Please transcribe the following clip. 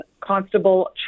Constable